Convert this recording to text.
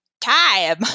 time